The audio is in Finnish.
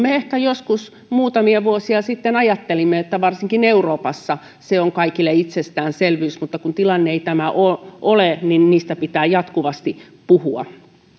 me ehkä joskus muutamia vuosia sitten ajattelimme että varsinkin euroopassa se on kaikille itsestäänselvyys mutta kun tilanne ei tämä ole ole niin niistä pitää jatkuvasti puhua